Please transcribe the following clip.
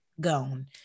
gone